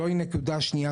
זוהי הנקודה השנייה,